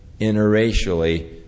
interracially